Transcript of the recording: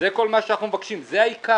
זה כל מה שאנחנו מבקשים, זה העיקר.